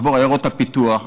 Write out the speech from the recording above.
עבור עיירות הפיתוח,